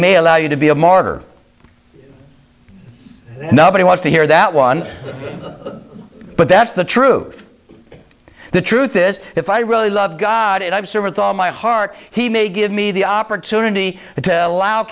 may allow you to be a martyr nobody wants to hear that one but that's the truth the truth is if i really love god and i'm sure with all my heart he may give me the opportunity to